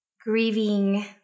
grieving